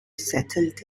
settled